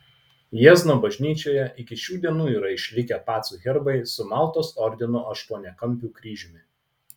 jiezno bažnyčioje iki šių dienų yra išlikę pacų herbai su maltos ordino aštuoniakampiu kryžiumi